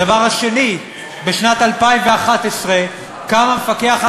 הדבר השני: בשנת 2011 קם המפקח על